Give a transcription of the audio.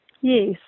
Yes